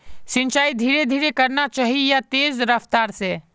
सिंचाई धीरे धीरे करना चही या तेज रफ्तार से?